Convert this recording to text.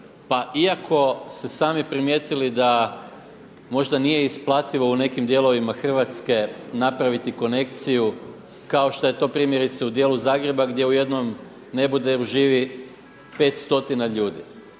iako ste sami primijetili da možda nije isplativo u nekim dijelovima Hrvatske napraviti konekciju kao što je to primjerice u djelu Zagreba gdje u jednom neboderu živi 5 stotina ljudi.